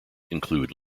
include